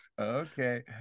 Okay